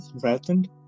threatened